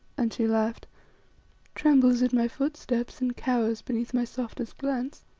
and she laughed trembles at my footsteps and cowers beneath my softest glance.